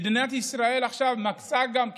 מדינת ישראל עכשיו מצאה גם כסף,